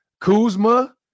Kuzma